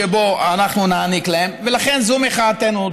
מהסכום שאנחנו נעניק להם, ולכן, זו מחאתנו.